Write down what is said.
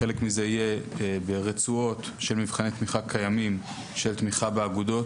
חלק מזה יהיה רצועות של מבחני תמיכה קיימים של תמיכה באגודות,